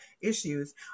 issues